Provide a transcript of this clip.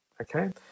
Okay